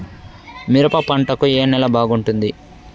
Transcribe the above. మిరప పంట కు ఏ నేల బాగుంటుంది?